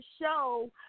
show